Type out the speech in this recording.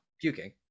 puking